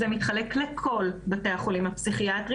זה מתחלק לכל בתי החולים הפסיכיאטריים